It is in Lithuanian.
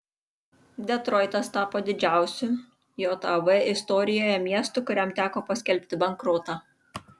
detroitas tapo didžiausiu jav istorijoje miestu kuriam teko paskelbti bankrotą